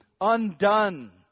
undone